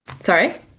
sorry